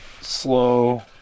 slow